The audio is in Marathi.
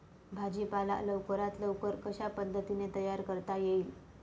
भाजी पाला लवकरात लवकर कशा पद्धतीने तयार करता येईल?